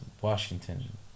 Washington